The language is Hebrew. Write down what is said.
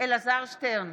אלעזר שטרן,